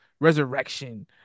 resurrection